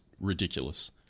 ridiculous